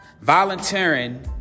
Volunteering